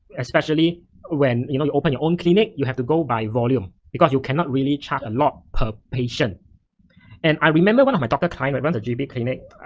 especially when you know you open your own clinic you have to go by volume because you cannot really charge a lot per patient and i remember one of my doctor clients runs a gp clinic,